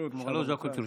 שלוש דקות לרשותך.